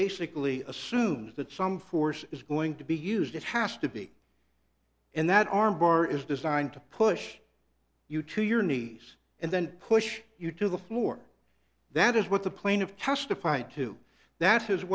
basically assumes that some force is going to be used it has to be and that arm bar is designed to push you to your knees and then push you to the floor that is what the plane of testified to that